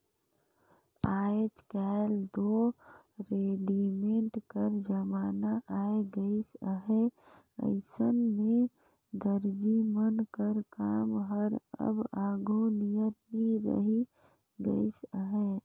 आएज काएल दो रेडीमेड कर जमाना आए गइस अहे अइसन में दरजी मन कर काम हर अब आघु नियर नी रहि गइस अहे